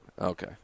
Okay